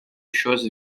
choses